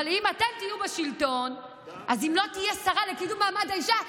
אבל אם אתם תהיו בשלטון ואם לא תהיה שרה לקידום מעמד האישה,